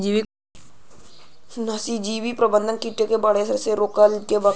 नाशीजीव प्रबंधन कीट के बढ़े से रोके के काम करला